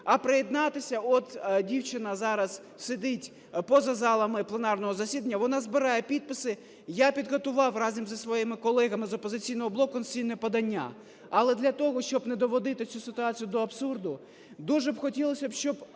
а приєднатися. От дівчина зараз сидить поза залом пленарного засідання, вона збирає підписи, я підготував разом зі своїми колегами з "Опозиційного блоку" конституційне подання. Але для того, щоб не доводити цю ситуацію до абсурду, дуже б хотілося, щоб